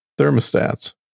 thermostats